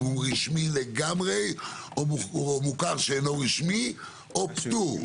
אם הוא רשמי לגמרי או מוכר שאינו רשמי או פטור,